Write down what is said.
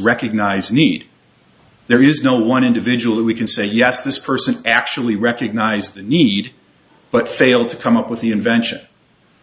recognise need there is no one individual we can say yes this person actually recognized the need but failed to come up with the invention